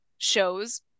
Shows